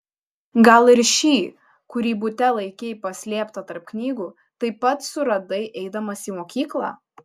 gal ir šį kurį bute laikei paslėptą tarp knygų taip pat suradai eidamas į mokyklą